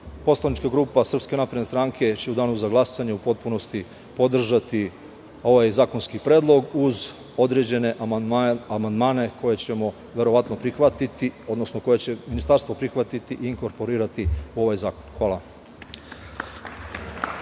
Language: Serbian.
poslanička grupa SNS će u danu za glasanje u potpunosti podržati ovaj zakonski predlog, uz određene amandmane koje ćemo verovatno prihvatiti, odnosno koje će ministarstvo prihvatiti i inkorporirati u ovaj zakon. Hvala.